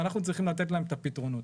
ואנחנו צריכים לתת להם את הפתרונות.